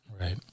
Right